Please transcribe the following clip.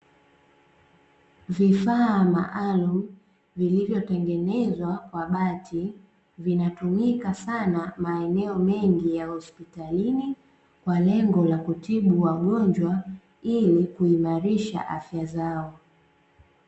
Vifaa maalum vilivyotengenezwa kwa bati vinatumika sana maeneo mengi ya hospitalini kwa lengo la kutibu wagonjwa ili kuimarisha afya zao.